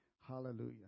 Hallelujah